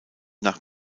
nach